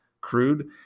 crude